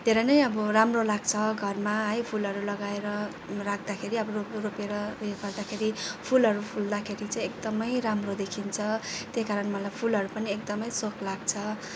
धेरै नै अब राम्रो लाग्छ घरमा है फुलहरू लगाएर राख्दाखेरि अब रोप्नु त रोपेर उयो गर्दाखेरि फुलहरू फुल्दाखेरि चाहिँ एकदमै राम्रो देखिन्छ त्यही कारण मलाई फुलहरू पनि एकदमै सोख लाग्छ